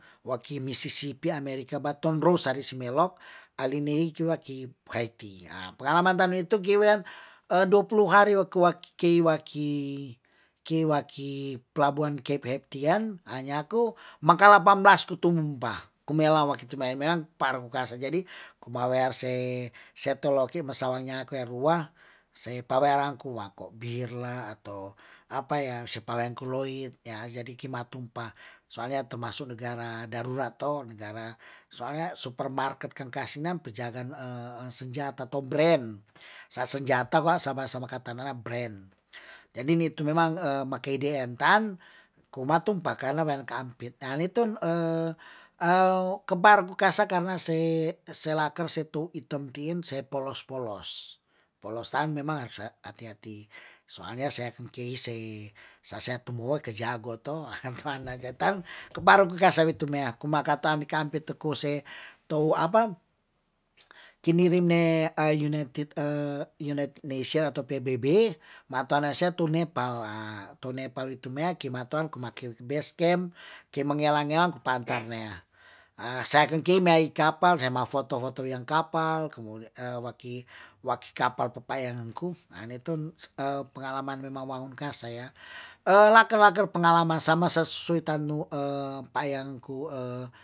Waki misisipi amerika ba tonrou sari si melok, alinei kiwaki paiti. Pengalaman tanu itu gewean dua puluh hari wakuwaki waki kiwaki pelabuhan ke peptian nyaku maka lapang blas tu tumumpa, kumela waki tumean mean, par ku kasa. Jadi, kumawea se se tou loki, me sawang nyaku erua, se pawerang kua ko, bir lah, atau apa ya se pang laeng kuloit ya jadi kima tumpah, soalnya termasuk negara darurat to, negara soalnya supermarket kan kasina pejagan senjata to, brand. Sa senjata kwa saba sa makatana brand. Jadi nitu memang makei di entan kuma tumpah kana kampit nitun ke bar ku kasa karna se laker se tu itemtin se polos polos. Polos tan memang harus hati- hati soalnya saya kankei se seatu muo kejagot toh kebar ku kasa witumea ku makatan kampetu kuse tou apa kindirimne united nesia atau pbb matanasea tune pala, tune pelitumea ki matoan ku make basecamp, ke mengealangean ko panternea sa kenki meikapal rema foto foto yang kapa, waki kapal pepayanku nitun pengalaman yang memang wangunkasa ya laker- laker pengalaman sama se sultan nu payanku